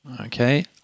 Okay